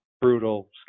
brutal